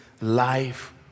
life